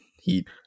heat